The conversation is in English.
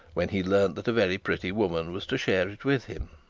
when he learnt that a very pretty woman was to share it with him.